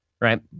right